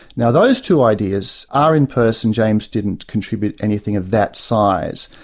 now, those two ideas are in peirce and james didn't contribute anything of that size.